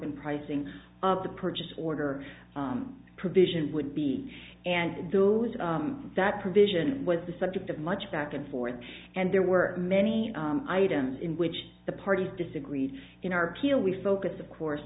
and pricing of the purchase order provision would be and those that provision was the subject of much back and forth and there were many items in which the parties disagreed in our kiwi focus of course